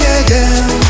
again